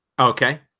Okay